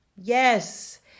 Yes